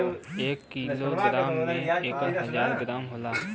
एक kilo gram में एक हजार ग्राम होला